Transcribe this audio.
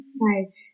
Right